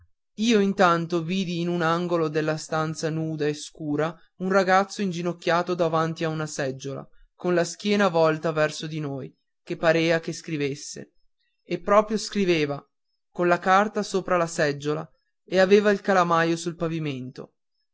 io intanto vidi in un angolo della stanza nuda e scura un ragazzo inginocchiato davanti a una seggiola con la schiena volta verso di noi che parea che scrivesse e proprio scriveva con la carta sopra la seggiola e aveva il calamaio sul pavimento